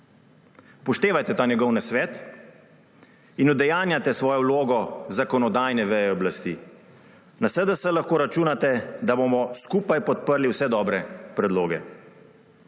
Upoštevajte ta njegov nasvet in udejanjajte svojo vlogo zakonodajne veje oblasti. Na SDS lahko računate, da bomo skupaj podprli vse dobre predloge.